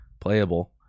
playable